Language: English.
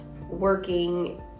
working